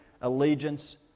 allegiance